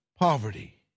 poverty